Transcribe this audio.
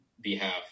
behalf